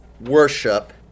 worship